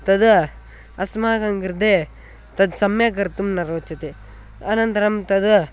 तद् अस्माकं कृते तत् सम्यक् कर्तुं न रोचते अनन्तरं तद्